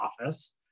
office